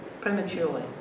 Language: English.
Prematurely